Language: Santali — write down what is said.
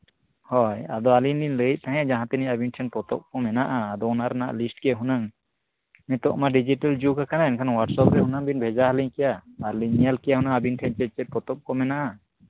ᱦᱳᱭ ᱟᱫᱚ ᱟᱹᱞᱤᱧ ᱞᱤᱧ ᱞᱟᱹᱭᱮᱫ ᱡᱟᱦᱟᱸ ᱛᱤᱱᱟᱹᱜ ᱟᱵᱤᱱ ᱴᱷᱮᱱ ᱯᱚᱛᱚᱵᱽ ᱠᱚ ᱢᱮᱱᱟᱜᱼᱟ ᱟᱫᱚ ᱚᱱᱟ ᱨᱮᱱᱟᱜ ᱞᱤᱥᱴ ᱜᱮ ᱦᱩᱱᱟᱹᱝ ᱱᱤᱛᱳᱜ ᱢᱟ ᱰᱤᱡᱤᱴᱮᱞ ᱡᱩᱜᱟᱠᱟᱱᱟ ᱮᱱᱠᱷᱟᱱ ᱦᱚᱣᱟᱴᱥᱚᱯ ᱨᱮ ᱦᱩᱱᱟᱹᱝ ᱵᱮᱱ ᱵᱷᱮᱡᱟ ᱦᱟᱞᱤᱧ ᱠᱮᱭᱟ ᱟᱨ ᱞᱤᱧ ᱧᱮᱞ ᱠᱮᱭᱟ ᱚᱱᱟ ᱟᱹᱵᱤᱱ ᱴᱷᱮᱱ ᱪᱮᱫ ᱪᱮᱫ ᱯᱚᱛᱚᱵᱽ ᱠᱚ ᱢᱮᱱᱟᱜᱼᱟ